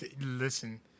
listen